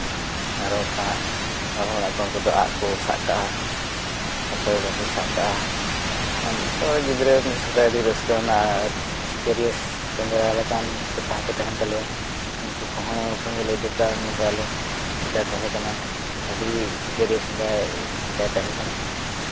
ᱟᱨᱚ ᱢᱚᱬᱮ ᱦᱚᱲᱟᱜ ᱟᱠᱚ ᱩᱱᱠᱩ ᱫᱚ ᱟᱜ ᱠᱚ ᱥᱟᱵ ᱠᱟᱜᱼᱟ ᱚᱠᱚᱭ ᱵᱟᱴᱳᱞ ᱥᱟᱵ ᱠᱟᱜᱼᱟ ᱡᱚᱛᱚ ᱦᱚᱲ ᱜᱤᱫᱽᱨᱟᱹ ᱢᱤᱫ ᱥᱟᱛᱮᱜ ᱟᱹᱰᱤ ᱨᱟᱹᱥᱠᱟᱹ ᱟᱱᱟᱜ ᱥᱤᱠᱟᱹᱨᱤᱭᱟᱹ ᱥᱮᱸᱫᱽᱨᱟ ᱞᱮᱠᱟᱱ ᱥᱮᱛᱟ ᱦᱚᱸᱠᱚ ᱛᱟᱦᱮᱱ ᱛᱟᱞᱮᱭᱟ ᱩᱱᱠᱩ ᱠᱚᱦᱚᱸ ᱥᱚᱸᱜᱮᱞᱮ ᱤᱫᱤ ᱠᱚᱣᱟ ᱩᱱ ᱡᱚᱠᱷᱚᱡ ᱟᱞᱮ ᱥᱮᱛᱟᱭ ᱛᱟᱦᱮᱸ ᱠᱟᱱᱟ ᱟᱹᱰᱤ ᱥᱤᱠᱟᱹᱨᱤᱭᱟᱹ ᱥᱮᱛᱟ ᱥᱮᱛᱟᱭ ᱛᱟᱦᱮᱸ ᱠᱟᱱᱟ